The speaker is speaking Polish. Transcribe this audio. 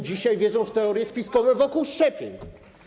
dzisiaj wierzą w teorie spiskowe wokół szczepień.